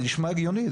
זה נשמע הגיוני?